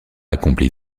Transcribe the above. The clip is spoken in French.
accompli